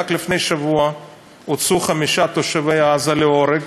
רק לפני שבוע הוצאו חמישה תושבי עזה להורג